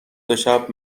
تاشب